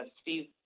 Steve